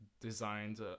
designed